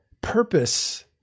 purpose